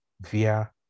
via